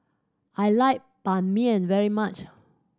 I like Banh Mi very much